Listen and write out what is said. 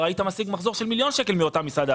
היית משיג מחזור של מיליון שקל מאותה מסעדה.